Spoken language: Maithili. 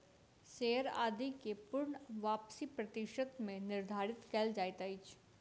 शेयर आदि के पूर्ण वापसी प्रतिशत मे निर्धारित कयल जाइत अछि